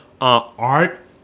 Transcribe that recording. art